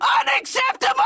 unacceptable